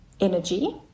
energy